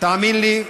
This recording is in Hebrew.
תאמין לי,